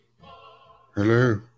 Hello